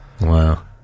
Wow